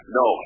no